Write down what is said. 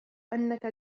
أنك